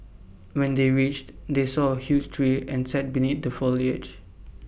when they reached they saw A huge tree and sat beneath the foliage